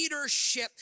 leadership